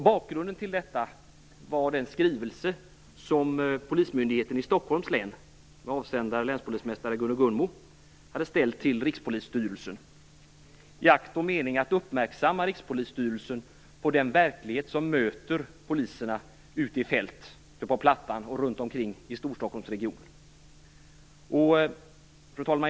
Bakgrunden till detta var den skrivelse som Polismyndigheten i Stockholms län, med avsändare länspolismästare Gunno Gunnmo, hade ställt till Rikspolisstyrelsen i akt och mening att uppmärksamma Rikspolisstyrelsen på den verklighet som möter poliserna ute i fält - på Plattan och runt omkring i Fru talman!